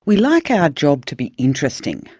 we like our job to be interesting,